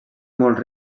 molt